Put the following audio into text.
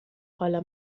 حالا